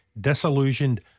Disillusioned